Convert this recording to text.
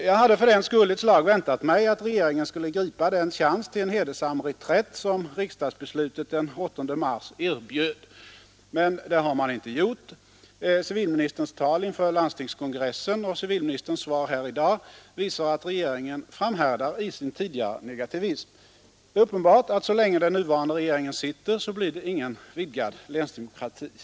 Jag hade därför ett slag väntat mig att regeringen skulle gripa den chans till en hedersam reträtt som riksdagsbeslutet den 8 mars erbjöd. Men det har man inte gjort. Civilministerns tal inför Landstingsförbundets kongress och hans svar i dag visar att regeringen framhärdar i sin tidigare negativism. Det är uppenbart att så länge den nuvarande regeringen sitter blir det ingen vidgad länsdemokrati.